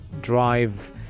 drive